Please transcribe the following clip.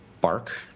bark